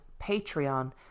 patreon